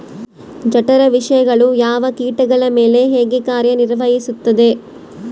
ಜಠರ ವಿಷಯಗಳು ಯಾವ ಕೇಟಗಳ ಮೇಲೆ ಹೇಗೆ ಕಾರ್ಯ ನಿರ್ವಹಿಸುತ್ತದೆ?